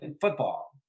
football